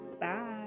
Bye